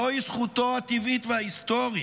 זוהי זכותו הטבעית וההיסטורית,